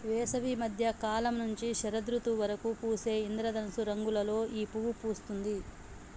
వేసవి మద్య కాలం నుంచి శరదృతువు వరకు పూసే ఇంద్రధనస్సు రంగులలో ఈ పువ్వు పూస్తుంది